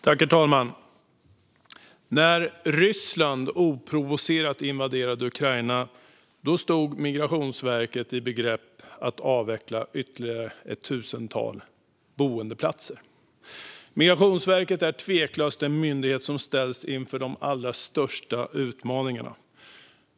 Herr talman! När Ryssland oprovocerat invaderade Ukraina stod Migrationsverket i begrepp att avveckla ytterligare ett tusental boendeplatser. Migrationsverket är tveklöst en myndighet som har ställts inför de allra största utmaningarna.